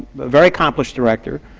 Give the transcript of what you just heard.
very accomplished director,